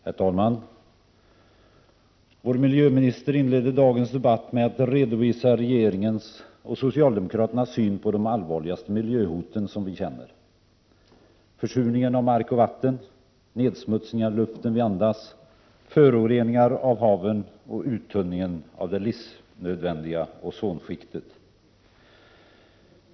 Herr talman! Vår miljöminister inledde dagens debatt med att redovisa regeringens och socialdemokraternas syn på de allvarligaste miljöhoten vi känner till, dvs. försurningen av mark och vatten, nedsmutsningen av luften vi andas, föroreningen av haven och uttunningen av det livsnödvändiga ozonskiktet.